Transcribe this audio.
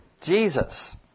Jesus